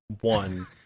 One